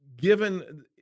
given